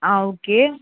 ஆ okay